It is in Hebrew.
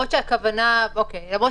לזה שהממשלה מכריזה על מצב